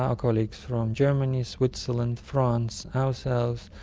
ah colleagues from germany, switzerland, france, ourselves,